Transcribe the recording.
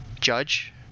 judge